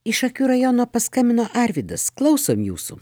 iš šakių rajono paskambino arvydas klausom jūsų